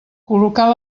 col·locar